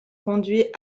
conduits